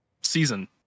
season